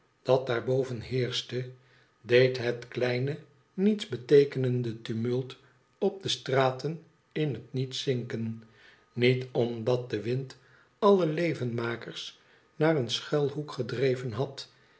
dat daar boven heerschte deed het kleine niets beteekenende tumult op de straten in het niet zinken niet omdat de wind alle levenmakers naar een schuilhoek gedreven had